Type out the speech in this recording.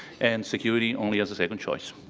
and security only as a second choice.